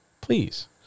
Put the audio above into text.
please